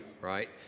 right